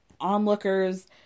onlookers